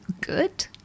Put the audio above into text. good